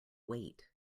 weight